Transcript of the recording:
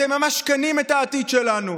אתם ממשכנים את העתיד שלנו.